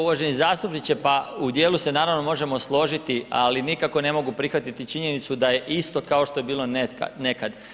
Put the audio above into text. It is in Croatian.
Uvaženi zastupniče, pa u dijelu se naravno možemo složiti, ali nikako ne mogu prihvatiti činjenicu da je isto kao što je bilo nekad.